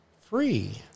free